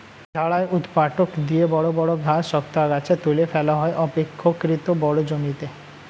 ঝাড়াই ঊৎপাটক দিয়ে বড় বড় ঘাস, শক্ত আগাছা তুলে ফেলা হয় অপেক্ষকৃত বড় জমিতে